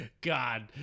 God